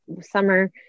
summer